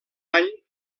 any